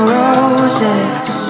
roses